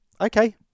Okay